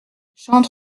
chante